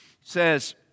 says